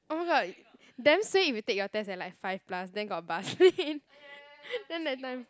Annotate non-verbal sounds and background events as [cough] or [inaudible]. oh my god damn suay if you take your test at like five plus then got bus [laughs] lane [laughs] then that time